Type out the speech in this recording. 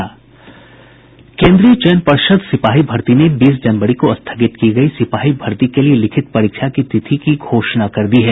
केन्द्रीय चयन पर्षद् सिपाही भर्ती ने बीस जनवरी को स्थगित की गयी सिपाही भर्ती के लिए लिखित परीक्षा की तिथि की घोषणा कर दी है